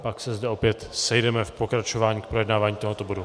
Pak se zde opět sejdeme k pokračování v projednávání tohoto bodu.